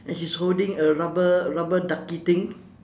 and she's holding a rubber rubber ducky thing